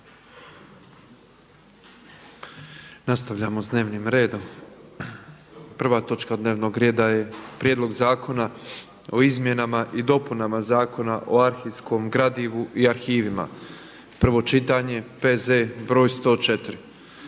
**Petrov, Božo (MOST)** Prva točka dnevnog reda je: - Prijedlog zakona o izmjenama i dopunama Zakona o arhivskom gradivu i arhivima, prvo čitanje, P.Z. br. 104.